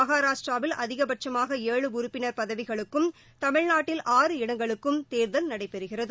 மகாராஷ்டிராவில் அதிகபட்சமாக ஏழு உறுப்பினர் பதவிகளுக்கும் தமிழ்நாட்டில் ஆறு இடங்களுக்கும் தேர்தல் நடைபெறுகிறது